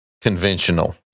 conventional